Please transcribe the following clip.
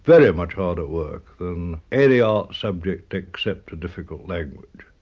very much harder work than any arts subject except a difficult language.